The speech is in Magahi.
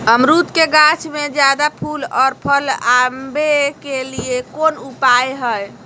अमरूद के गाछ में ज्यादा फुल और फल आबे के लिए कौन उपाय है?